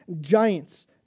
giants